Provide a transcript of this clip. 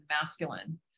masculine